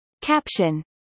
Caption